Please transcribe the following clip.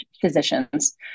physicians